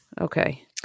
okay